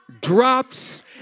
drops